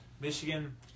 Michigan